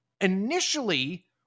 initially